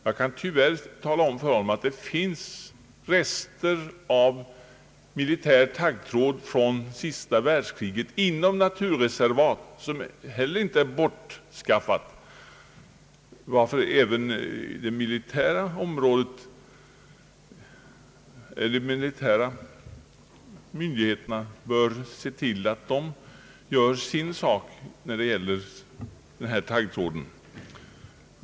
Jag kan tyvärr tala om för honom att det finns rester av militär taggtråd från andra världskriget t.o.m. inom naturreservat. Taggtråden har inte blivit bortskaffad, och därför bör även de militära myndigheterna se till att de gör sin insats när det gäller taggtråden.